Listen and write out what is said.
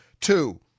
Two